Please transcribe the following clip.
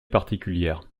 particulières